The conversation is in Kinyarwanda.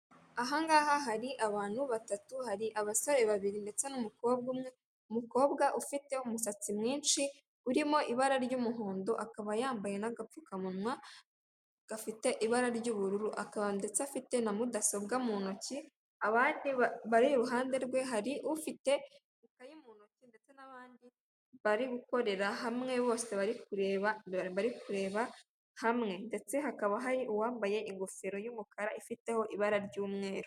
Ahangaha hari abantu batatu. Hari abasore babiri ndetse n'umukobwa umwe, umukobwa ufite umusatsi mwinshi urimo ibara ry'umuhondo akaba yambaye n’agapfukamunwa gafite ibara ry'ubururu akaba ndetse afite na mudasobwa mu ntoki bari iruhande rwe hari ufite ikayi mu ntoki ndetse n'abandi bari gukorera hamwe bose bari kureba hamwe ndetse hakaba hari uwambaye ingofero y'umukara ifiteho ibara ry'umweru.